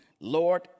lord